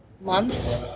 months